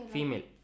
Female